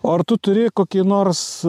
o ar tu turi kokį nors